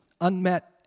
unmet